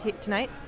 tonight